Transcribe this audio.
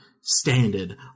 standard